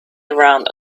around